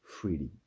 freely